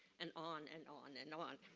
and on, and on, and on.